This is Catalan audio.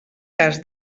cas